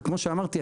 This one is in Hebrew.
וכמו שאמרתי,